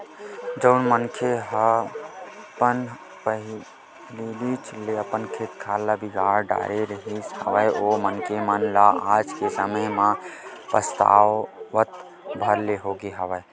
जउन मनखे मन ह पहिलीच ले अपन खेत खार ल बिगाड़ डरे रिहिस हवय ओ मनखे मन ल आज के समे म पछतावत भर ले होगे हवय